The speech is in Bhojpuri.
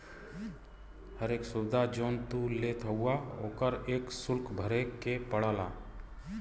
हर एक सुविधा जौन तू लेत हउवा ओकर एक सुल्क भरे के पड़ला